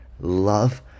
love